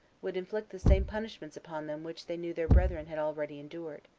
would inflict the same punishments upon them which they knew their brethren had already endured.